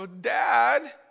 dad